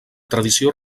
tradició